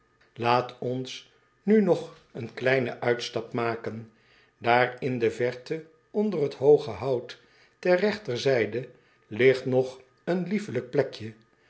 aat ons nu nog een kleinen uitstap maken aar in de verte onder het hooge hout ter regterzijde ligt nog een liefelijk plekje